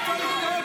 מפה, די.